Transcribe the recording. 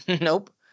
Nope